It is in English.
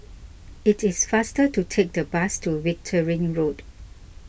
it is faster to take the bus to Wittering Road